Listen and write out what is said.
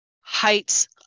heights